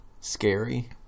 scary